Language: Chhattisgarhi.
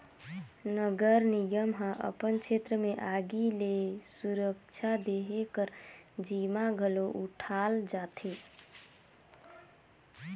नगर निगम ह अपन छेत्र में आगी ले सुरक्छा देहे कर जिम्मा घलो उठाल जाथे